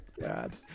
god